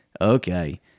okay